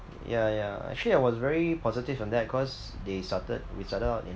yeah yeah actually I was very positive on that cause they started we started out in